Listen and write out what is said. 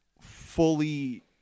fully